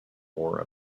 more